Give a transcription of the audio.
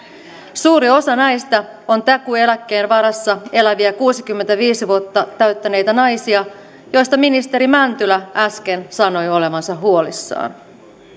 suuri osa näistä on takuueläkkeen varassa eläviä kuusikymmentäviisi vuotta täyttäneitä naisia joista ministeri mäntylä äsken sanoi olevansa huolissaan